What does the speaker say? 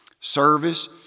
Service